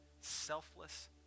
selfless